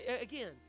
again